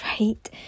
right